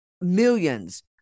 millions